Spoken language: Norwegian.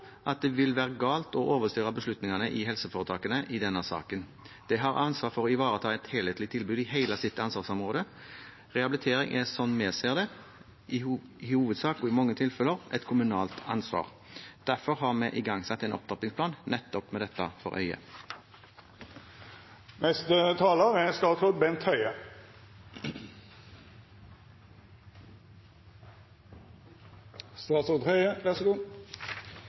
at det vil være galt å overstyre beslutningene i helseforetakene i denne saken. De har ansvar for å ivareta et helhetlig tilbud i hele sitt ansvarsområde. Rehabilitering er, slik vi ser det, i hovedsak og i mange tilfeller et kommunalt ansvar. Derfor har vi igangsatt en opptrappingsplan nettopp med dette for øye.